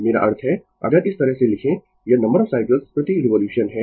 मेरा अर्थ है अगर इस तरह से लिखें यह नंबर ऑफ साइकल्स प्रति रिवोल्यूशन है